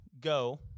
go